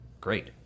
great